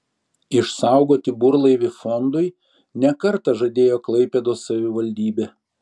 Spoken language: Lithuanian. išsaugoti burlaivį fondui ne kartą žadėjo klaipėdos savivaldybė